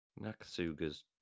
Nakasuga's